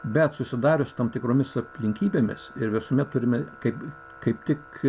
bet susidarius tam tikromis aplinkybėmis ir visuomet turime kaip kaip tik